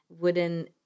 wooden